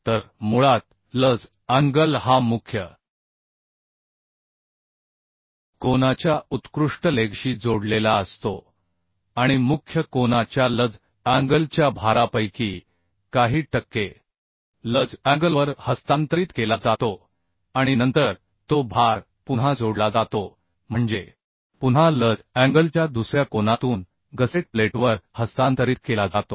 तर मुळात lug angle हा मुख्य कोनाच्या आऊटस्टँडिंग लेगशी जोडलेला असतो आणि मुख्य कोना च्या लज अँगलच्या भारापैकी काही टक्के लज अँगलवर हस्तांतरित केला जातो आणि नंतर तो भार पुन्हा जोडला जातो म्हणजे पुन्हा लज अँगलच्या दुसऱ्या कोनातून गसेट प्लेटवर हस्तांतरित केला जातो